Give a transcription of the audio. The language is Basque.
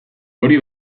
hori